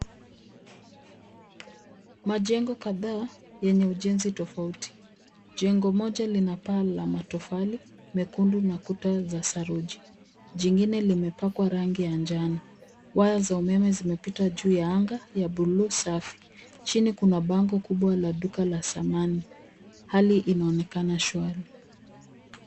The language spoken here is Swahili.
Majengo kadhaa yenye ujenzi tofauti. Jengo moja lina paa la matofali mekundu na kuta za saruji. Jingine limepakwa rangi ya njano. Waya za umeme zimepita juu ya anga ya bluu safi. Chini kuna bango kubwa la duka ya samani. Hali inaonekana shwari.